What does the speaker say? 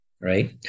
right